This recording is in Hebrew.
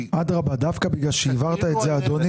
אדרבא, דווקא בגלל שהבהרת את זה, אדוני.